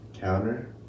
counter